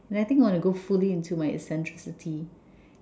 and I think I want to go fully into my eccentricity